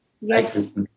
Yes